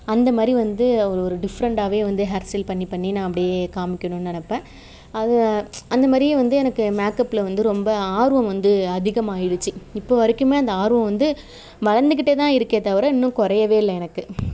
அந்த மாதிரி வந்து ஒரு ஒரு டிஃப்ரண்ட்டாகவே வந்து ஹேர் ஸ்டைல் பண்ணி நான் அப்படியே காமிக்கணும்னு நினப்பேன் அது அந்த மாதிரியே வந்து எனக்கு மேக்கப்பில் வந்து ரொம்ப ஆர்வம் வந்து அதிகமாகிடுச்சு இப்போ வரைக்குமே அந்த ஆர்வம் வந்து வளர்ந்துக்கிட்டே தான் இருக்கே தவிர இன்னும் குறையவே இல்லை எனக்கு